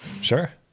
Sure